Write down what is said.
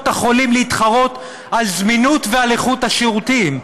החולים להתחרות על זמינות ועל איכות השירותים,